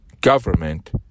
Government